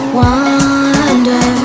wonder